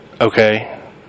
Okay